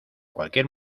cualquier